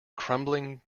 crumbling